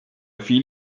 fiel